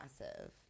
massive